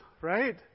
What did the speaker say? right